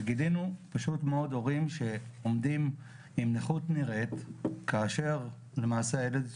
וגילינו פשוט מאוד הורים שעומדים עם נכות נראית כאשר למעשה הילד,